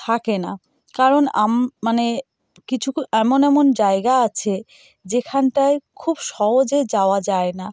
থাকে না কারণ মানে কিছু এমন এমন জায়গা আছে যেখানটায় খুব সহজে যাওয়া যায় না